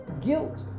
guilt